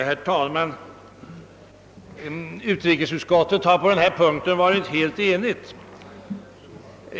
Herr talman! Utrikesutskottet har i denna fråga varit helt enigt.